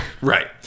Right